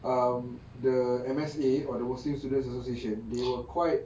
um the M_S_A or the muslim students association they were quite